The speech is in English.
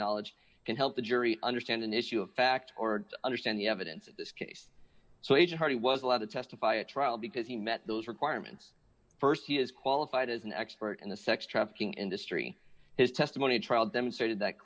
knowledge can help the jury understand an issue of fact or understand the evidence in this case so a j harvey was allowed to testify at trial because he met those requirements st he is qualified as an expert in the sex trafficking industry his testimony trial demonstrated that